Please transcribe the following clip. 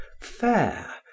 fair